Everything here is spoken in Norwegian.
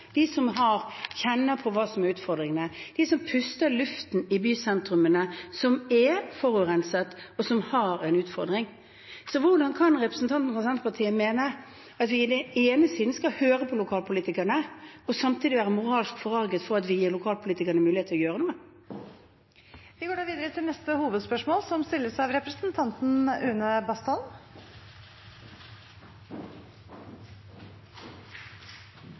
de som kjenner på hva utfordringene er, de som puster inn luften i bysentrene, som er forurenset, de som har en utfordring. Hvordan kan representanten fra Senterpartiet mene at vi på den ene siden skal høre på lokalpolitikerne, og samtidig være moralsk forarget for at vi gir lokalpolitikerne mulighet til å gjøre noe? Vi går videre til neste hovedspørsmål. I regjeringens klimamelding er hovedvirkemiddelet en gradvis opptrapping av